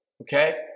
okay